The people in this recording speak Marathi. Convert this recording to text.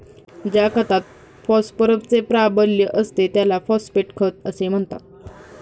ज्या खतात फॉस्फरसचे प्राबल्य असते त्याला फॉस्फेट खत असे म्हणतात